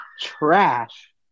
trash